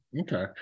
Okay